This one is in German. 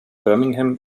birmingham